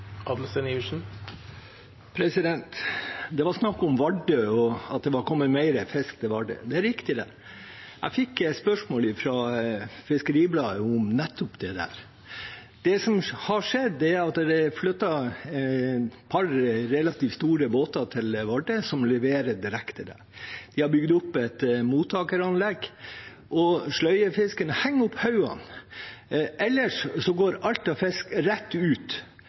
Det var snakk om Vardø og at det var kommet mer fisk til Vardø. Det er riktig. Jeg fikk spørsmål fra Fiskeribladet om nettopp det. Det som har skjedd, er at det har flyttet et par relativt store båter til Vardø, som leverer direkte der. De har bygd opp et mottakeranlegg og sløyer fisken, henger opp hodene. Ellers går alt av fisk rett ut